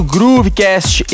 Groovecast